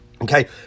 okay